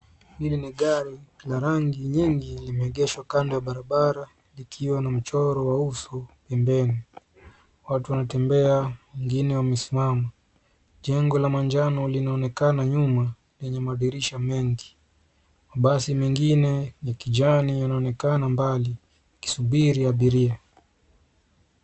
Hili ni gari la rangi nyngi limeegeshwa kando ya barabara likiwa na mchoro wa uso pembeni. Watu wanatembea wengine wamesimama. Jengo la majano linaonekana nyuma lenye madirisha mengi .Mabasi mengine ni kijani yanaonekana mbali yakisumbiri abiria.